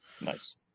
Nice